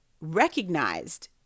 recognized